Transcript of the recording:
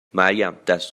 مریم، دست